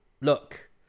look